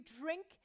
drink